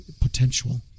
potential